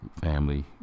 Family